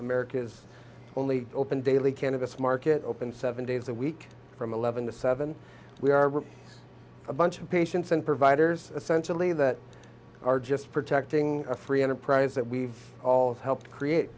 america's only open daily cannabis market open seven days a week from eleven to seven we are a bunch of patients and providers essentially that are just protecting a free enterprise that we all have helped create